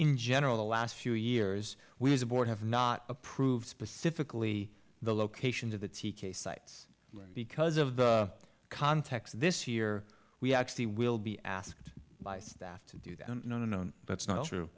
in general the last few years we as a board have not approved specifically the locations of the t k sites because of the context this year we actually will be asked by staff to do that no no that's not true